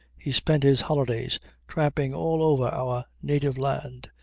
he spent his holidays tramping all over our native land.